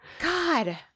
God